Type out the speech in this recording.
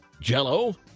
Jell-O